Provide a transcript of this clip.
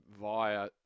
via